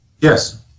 Yes